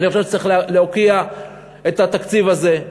אני חושב שצריך להוקיע את התקציב הזה,